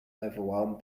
overwhelmed